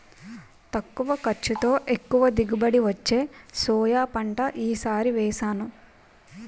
తక్కువ ఖర్చుతో, ఎక్కువ దిగుబడి వచ్చే సోయా పంట ఈ సారి వేసాను